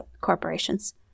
corporations